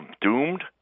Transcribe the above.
doomed